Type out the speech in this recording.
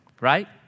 right